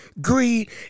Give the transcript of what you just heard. greed